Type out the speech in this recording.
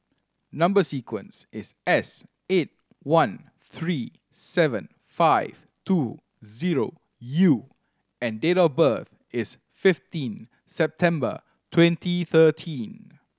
number sequence is S eight one three seven five two zero U and date of birth is fifteen September twenty thirteen